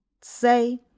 say